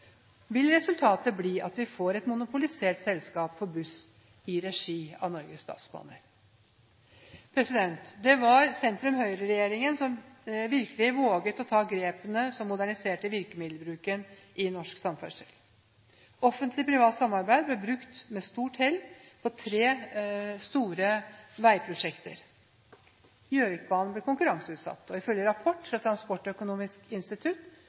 Vil resultatet bli at vi får et monopolisert selskap for buss i regi av Norges Statsbaner? Det var sentrum–Høyre-regjeringen som virkelig våget å ta grepene som moderniserte virkemiddelbruken i norsk samferdsel. Offentlig–privat samarbeid ble brukt med stort hell på tre store veiprosjekter. Gjøvikbanen ble konkurranseutsatt, og ifølge rapport fra Transportøkonomisk institutt